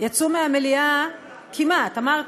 יצאו מהמליאה, כמעט, אמרתי.